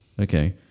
Okay